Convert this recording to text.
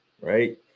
right